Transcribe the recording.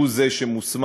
שהוא זה שמוסמך,